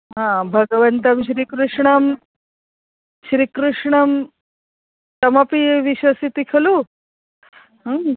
हा भगवन्तं श्रीकृष्णं श्रीकृष्णं तमपि विश्वसिति खलु